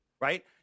right